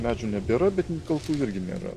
medžių nebėra bet kaltų irgi nėra